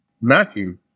Matthew